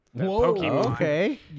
okay